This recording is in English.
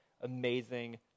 amazing